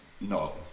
No